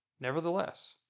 Nevertheless